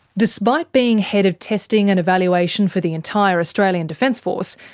despite being head of testing and evaluation for the entire australian defence force,